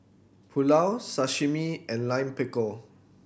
Pulao Sashimi and Lime Pickle